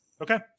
Okay